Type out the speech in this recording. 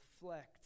reflect